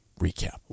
recap